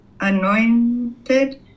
anointed